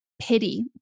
pity